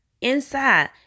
inside